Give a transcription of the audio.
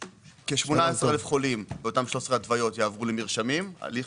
כ-18,000 חולים באותן 13 התוויות יעברו למרשמים הליך